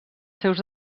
seus